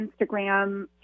Instagram